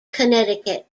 connecticut